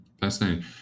Fascinating